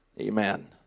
Amen